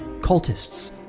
cultists